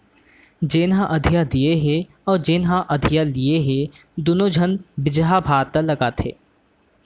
जेन ह अधिया दिये हे अउ जेन ह अधिया लिये हे दुनों झन बिजहा भात ल लगाथें